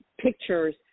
pictures